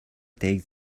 takes